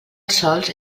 sols